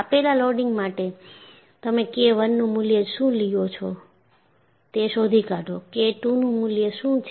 આપેલ લોડિંગ માટે તમે K I નું મૂલ્ય શું લ્યો છે તે શોધી કાઢો K II નું મૂલ્ય શું છે